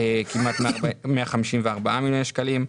כמעט 154 מיליוני שקלים.